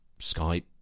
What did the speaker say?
Skype